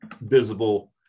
visible